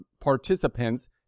participants